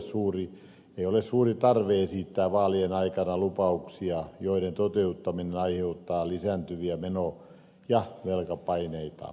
puolueilla ei ole suurta tarvetta esittää vaalien alla lupauksia joiden toteuttaminen aiheuttaa lisääntyviä meno ja velkapaineita